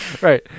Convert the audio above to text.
Right